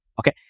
Okay